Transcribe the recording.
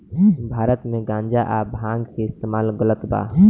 भारत मे गांजा आ भांग के इस्तमाल गलत बा